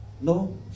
No